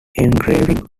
engraving